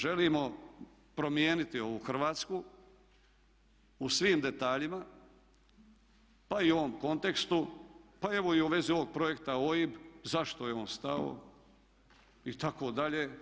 Želimo promijeniti ovu Hrvatsku u svim detaljima, pa i u ovom kontekstu, pa evo i u vezi ovog projekta OIB zašto je on stao itd.